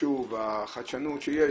המחשוב והחדשנות שיש,